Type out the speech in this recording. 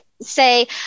say